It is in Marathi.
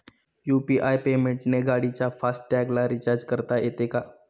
यु.पी.आय पेमेंटने गाडीच्या फास्ट टॅगला रिर्चाज करता येते का?